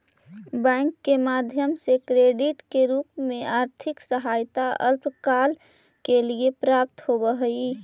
bank के माध्यम से क्रेडिट के रूप में आर्थिक सहायता अल्पकाल के लिए प्राप्त होवऽ हई